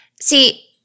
See